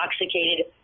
intoxicated